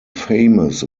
famous